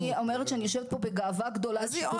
אני אומרת שאני יושבת פה בגאווה גדולה על שיתוף הפעולה.